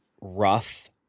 rough